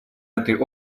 этой